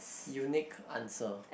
unique answer